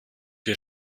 wir